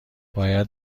بیاید